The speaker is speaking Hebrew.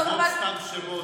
לזרוק סתם שמות.